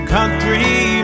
Country